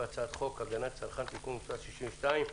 והצעת חוק הגנת הצרכן (תיקון מס' 62)